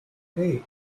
hey